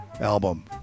album